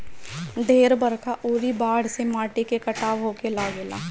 ढेर बरखा अउरी बाढ़ से माटी के कटाव होखे लागेला